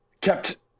kept